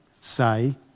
say